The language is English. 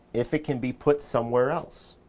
if it can be put somewhere else.